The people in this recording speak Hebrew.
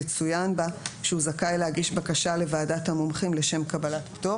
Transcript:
יצוין בה שהוא זכאי להגיש בקשה לוועדת המומחים לשם קבלת פטור.